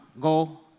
go